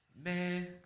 Man